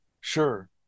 sure